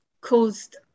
caused